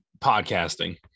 podcasting